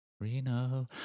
Reno